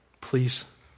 Please